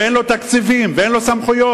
ואין לו תקציבים ואין לו סמכויות.